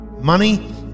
Money